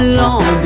long